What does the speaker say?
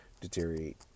deteriorate